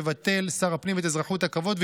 יבטל שר הפנים את אזרחות הכבוד,